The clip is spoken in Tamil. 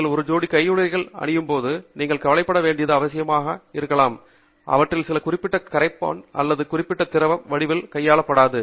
நீங்கள் ஒரு ஜோடி கையுறைகளை அணியும்போது நீங்கள் கவலைப்பட வேண்டியது அவசியமாக இருக்கலாம் அவற்றில் சில குறிப்பிட்ட கரைப்பான் அல்லது குறிப்பிட்ட திரவ வடிவில் கையாளப்படக்கூடாது